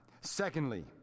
Secondly